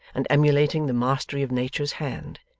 and emulating the mastery of nature's hand,